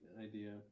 idea